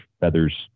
feathers